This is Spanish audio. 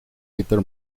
peter